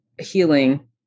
healing